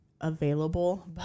available